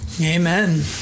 Amen